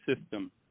system